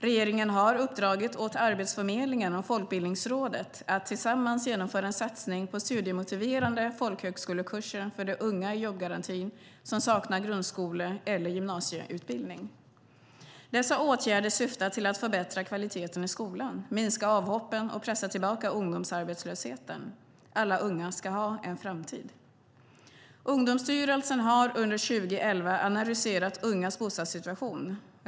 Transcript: Regeringen har uppdragit åt Arbetsförmedlingen och Folkbildningsrådet att tillsammans genomföra en satsning på studiemotiverande folkhögskolekurser för de unga i jobbgarantin som saknar grundskole eller gymnasieutbildning. Dessa åtgärder syftar till att förbättra kvaliteten i skolan, minska avhoppen och pressa tillbaka ungdomsarbetslösheten. Alla unga ska ha en framtid. Ungdomsstyrelsen har under 2011 analyserat ungas bostadssituation.